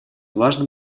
важным